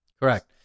Correct